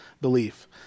belief